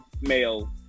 male